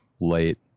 late